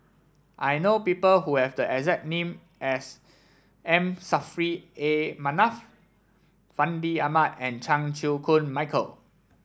I know people who have the exact name as M Saffri A Manaf Fandi Ahmad and Chan Chew Koon Michael